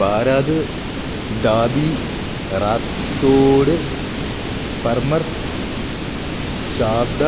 Barad Dabhi Rathod Parmar Chavda